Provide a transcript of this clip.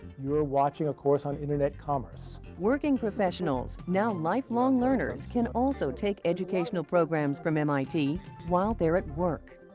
you are watching a course on internet commerce. working professionals, now lifelong learners, can also take educational programs from mit while they're at work.